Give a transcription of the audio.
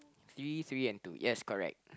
three three and two yes correct